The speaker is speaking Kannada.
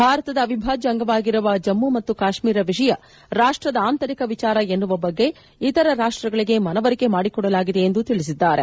ಭಾರತದ ಅವಿಭಾಜ್ಯ ಅಂಗವಾಗಿರುವ ಜಮ್ಮು ಮತ್ತು ಕಾಶ್ಮೀರ ವಿಷಯ ರಾಷ್ಟ್ರದ ಆಂತರಿಕ ವಿಚಾರ ಎನ್ನುವ ಬಗ್ಗೆ ಇತರ ರಾಷ್ಟ್ರಗಳಿಗೆ ಮನವರಿಕೆ ಮಾಡಿಕೊಡಲಾಗಿದೆ ಎಂದು ತಿಳಿಸಿದ್ದಾರೆ